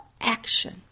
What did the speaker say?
action